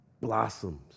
Blossoms